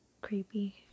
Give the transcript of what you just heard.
creepy